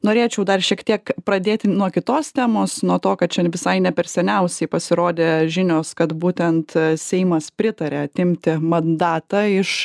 norėčiau dar šiek tiek pradėti nuo kitos temos nuo to kad čia visai ne per seniausiai pasirodė žinios kad būtent seimas pritaria atimti mandatą iš